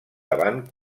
davant